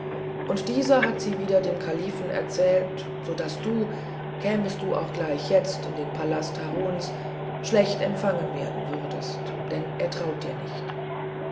und dieser hat sie wieder dem kalifen erzählt so daß du kämest du auch gleich jetzt in den palast haruns schlecht empfangen werden würdest denn er traute dir nicht